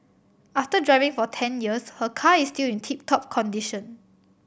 after driving for ten years her car is still in tip top condition